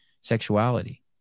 sexuality